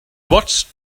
watched